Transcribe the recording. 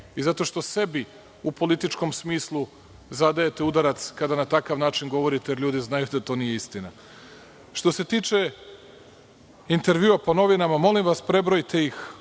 i zato što sebi u političkom smislu zadajete udarac kada na takav način govorite, jer ljudi znaju da to nije istina. Što se tiče intervjua po novinama, molim vas, prebrojte ih.